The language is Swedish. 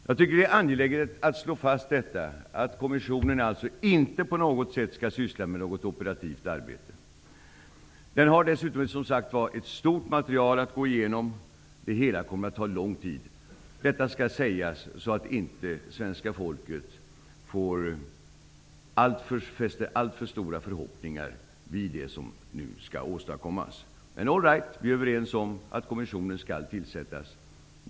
Jag tycker att det är angeläget att slå fast att kommissionen alltså inte på något sätt skall syssla med ett operativt arbete. Det skall sägas, så att svenska folket inte fäster alltför stora förhoppningar vid det som nu skall åstadkommas. Men vi är överens om att kommissionen skall tillsättas.